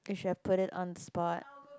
should I put it on spot